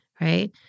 right